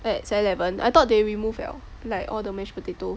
at seven eleven I thought they remove liao like all the mashed potato